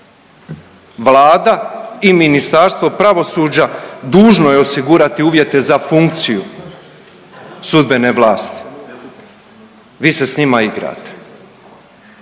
Vlada i Ministarstvo pravosuđa dužno je osigurati uvjete za funkciju sudbene vlasti. Vi se s njima igrate.